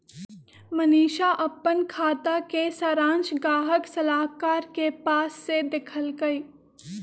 मनीशा अप्पन खाता के सरांश गाहक सलाहकार के पास से देखलकई